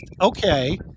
okay